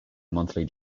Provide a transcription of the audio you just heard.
monthly